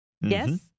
Yes